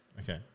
Okay